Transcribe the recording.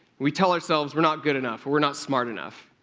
we tell ourselves we're not good enough or we're not smart enough.